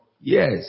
Yes